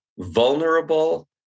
vulnerable